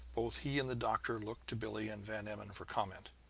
both he and the doctor looked to billie and van emmon for comment.